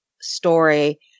story